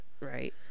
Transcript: right